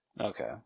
Okay